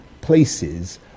places